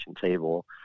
table